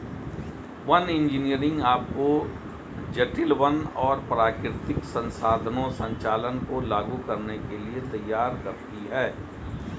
one engineering आपको जटिल वन और प्राकृतिक संसाधन संचालन को लागू करने के लिए तैयार करती है